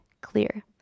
clear